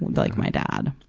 like my dad.